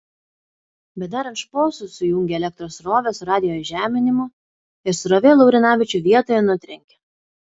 bedarant šposus sujungė elektros srovę su radijo įžeminimu ir srovė laurinavičių vietoje nutrenkė